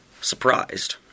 Surprised